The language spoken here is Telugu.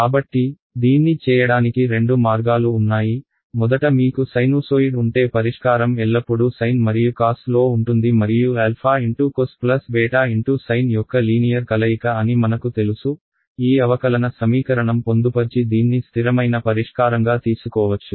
కాబట్టిదీన్ని చేయడానికి రెండు మార్గాలు ఉన్నాయిమొదట మీకు సైనూసోయిడ్ ఉంటే పరిష్కారం ఎల్లప్పుడూ సైన్ మరియు కాస్ లో ఉంటుంది మరియు α cos β sine యొక్క లీనియర్ కలయిక అని మనకు తెలుసు ఈ అవకలన సమీకరణం పొందుపర్చి దీన్ని స్థిరమైన పరిష్కారంగా తీసుకోవచ్చు